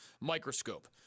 microscope